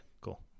cool